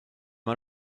mal